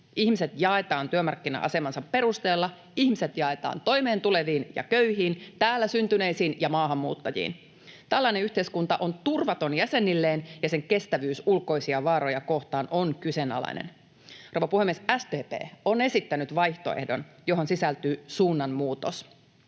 ihmiset jaetaan työmarkkina-asemansa perusteella, ihmiset jaetaan toimeentuleviin ja köyhiin, täällä syntyneisiin ja maahanmuuttajiin. Tällainen yhteiskunta on turvaton jäsenilleen, ja sen kestävyys ulkoisia vaaroja kohtaan on kyseenalainen. Rouva puhemies! SDP on esittänyt vaihtoehdon, johon sisältyy suunnanmuutos.